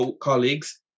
colleagues